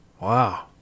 wow